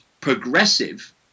progressive